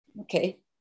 Okay